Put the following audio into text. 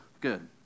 good